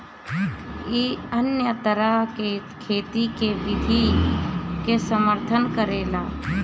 इ अन्य तरह के खेती के विधि के समर्थन करेला